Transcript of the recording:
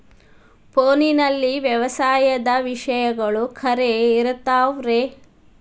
ಫೋನಲ್ಲಿ ವ್ಯವಸಾಯದ ವಿಷಯಗಳು ಖರೇ ಇರತಾವ್ ರೇ?